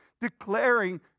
declaring